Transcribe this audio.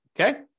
Okay